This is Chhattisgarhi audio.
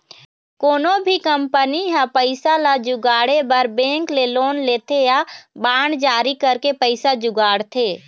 कोनो भी कंपनी ह पइसा ल जुगाड़े बर बेंक ले लोन लेथे या बांड जारी करके पइसा जुगाड़थे